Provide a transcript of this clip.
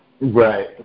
Right